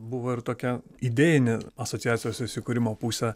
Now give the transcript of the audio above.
buvo ir tokia idėjinė asociacijos įsikūrimo pusė